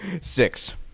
Six